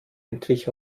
entwich